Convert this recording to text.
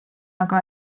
aga